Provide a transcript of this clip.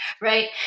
right